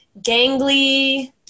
gangly